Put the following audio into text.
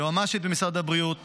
ליועמ"שית במשרד הבריאות